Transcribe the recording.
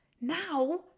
now